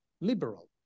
liberal